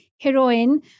heroine